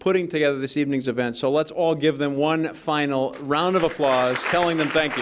putting together this evening's event so let's all give them one final round of applause telling them thank